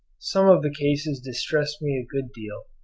some of the cases distressed me a good deal,